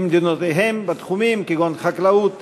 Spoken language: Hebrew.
במדינותיהם בתחומים כגון חקלאות,